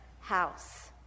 house